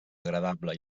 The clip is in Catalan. agradable